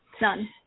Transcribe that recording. None